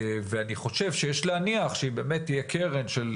אני חושב שיש להניח שאם באמת תהיה קרן, של